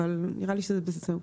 אבל נראה שזה זהו.